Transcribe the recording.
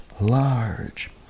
large